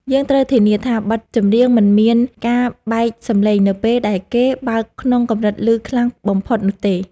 យើងត្រូវធានាថាបទចម្រៀងមិនមានការបែកសំឡេងនៅពេលដែលគេបើកក្នុងកម្រិតឮខ្លាំងបំផុតនោះទេ។